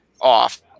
off